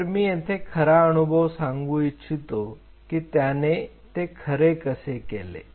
तर मी येथे खरा अनुभव सांगू इच्छितो की त्याने ते खरे कसे केले